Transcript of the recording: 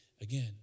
again